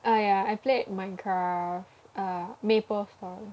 oh ya I played Minecraft uh MapleStory